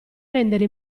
rendere